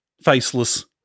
faceless